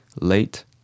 late